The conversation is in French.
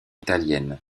italiennes